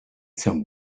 some